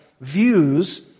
views